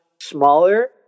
smaller